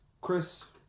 Chris